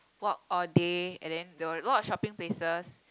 walk all day and then there were a lot of shopping places